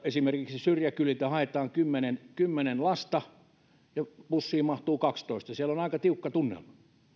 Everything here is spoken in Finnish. esimerkiksi syrjäkyliltä haetaan kymmenen kymmenen lasta ja bussiin mahtuu kaksitoista niin siellä on aika tiukka tunnelma